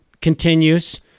continues